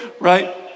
right